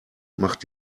macht